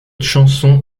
chanson